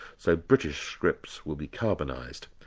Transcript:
so british scripts will be carbonised.